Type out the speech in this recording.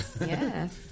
Yes